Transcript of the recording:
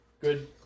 Good